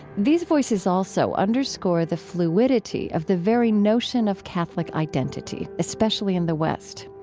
these voices also underscore the fluidity of the very notion of catholic identity, especially in the west.